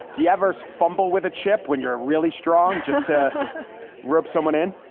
do you ever fumble with a chip when you're really strong? just rub someone in?